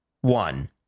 one